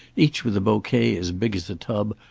each with a bouquet as big as a tub,